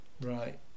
Right